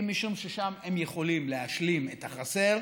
משום ששם הם יכולים להשלים את החסר.